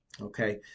okay